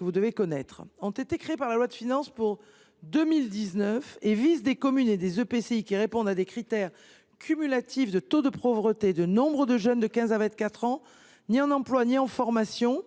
donc, ont été créées par la loi de finances pour 2019 et visent des communes et des EPCI qui répondent à des critères cumulatifs : taux de pauvreté ; nombre de jeunes de 15 à 24 ans qui ne sont ni en emploi ni en formation